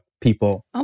people